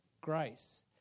grace